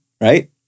right